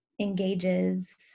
engages